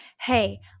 Hey